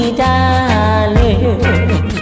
darling